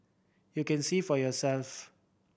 you can see for yourself